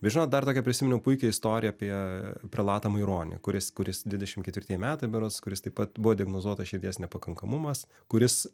va žinot dar tokį prisiminiau puikią istoriją apie prelatą maironį kuris kuris dvidešimt ketvirtieji metai berods kuris taip pat buvo diagnozuotas širdies nepakankamumas kuris